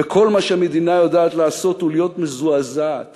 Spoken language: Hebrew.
וכל מה שהמדינה יודעת לעשות הוא להיות מזועזעת